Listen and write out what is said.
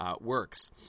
works